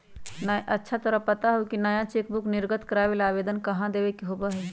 अच्छा तोरा पता हाउ नया चेकबुक निर्गत करावे ला आवेदन कहाँ देवे के होबा हई?